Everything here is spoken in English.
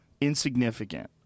insignificant